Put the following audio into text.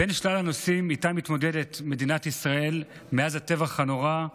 בין שלל הנושאים שאיתם מתמודדת מדינת ישראל מאז הטבח הנורא,